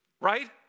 Right